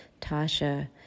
Tasha